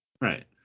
Right